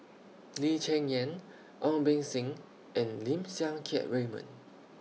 Lee Cheng Yan Ong Beng Seng and Lim Siang Keat Raymond